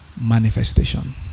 manifestation